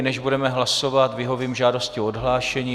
Než budeme hlasovat, vyhovím žádosti o odhlášení.